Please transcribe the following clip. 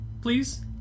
please